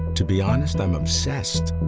to be honest, i'm obsessed!